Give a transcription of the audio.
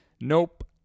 Nope